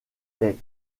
est